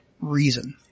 reason